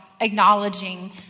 acknowledging